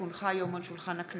כי הונחו היום על שולחן הכנסת,